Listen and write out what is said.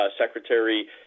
Secretary